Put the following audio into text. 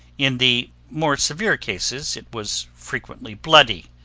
in the more severe cases, it was frequently bloody.